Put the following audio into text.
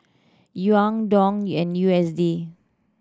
Yuan Dong and U S D